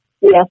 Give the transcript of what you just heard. yes